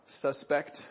Suspect